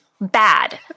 bad